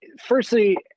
firstly